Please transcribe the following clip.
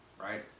right